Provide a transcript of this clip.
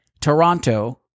Toronto